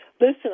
Listen